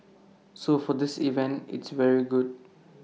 so for this event it's very good